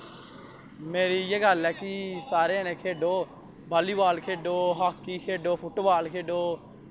मेरी इ'यै गल्ल ऐ कि सारे जने खेढो बॉल्ली बॉल खेलो हाकी खेलो फुट्ट बॉल खेलो